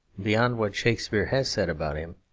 beyond what shakespeare has said about him,